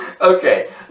Okay